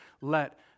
Let